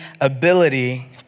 ability